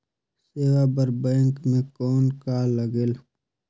सेवा बर बैंक मे कौन का लगेल?